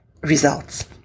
results